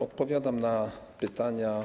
Odpowiadam na pytania.